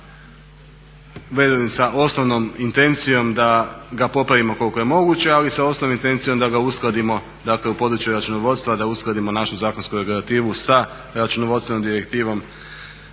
stoga velim sa osnovnom intencijom da ga popravimo koliko je moguće, ali sa osnovnom intencijom da ga uskladimo, dakle u području računovodstva, da uskladimo našu zakonsku regulativu sa računovodstvenom direktivom